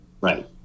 right